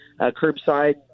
curbside